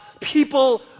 people